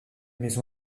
maison